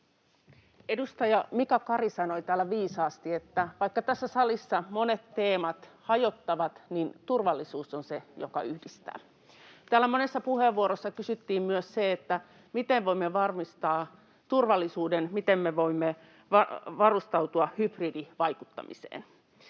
Edustaja Mika Kari sanoi täällä viisaasti, että vaikka tässä salissa monet teemat hajottavat, niin turvallisuus on se, joka yhdistää. Täällä monessa puheenvuorossa kysyttiin myös sitä, miten voimme varmistaa turvallisuuden, miten me voimme varustautua hybridivaikuttamiseen.